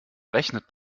rechnet